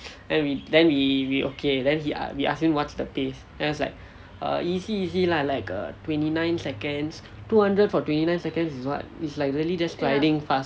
then we then we we okay then he we ask him what's the pace then he was like err easy easy lah like twenty nine seconds two hundred for twenty nine seconds is [what] like really just striding fast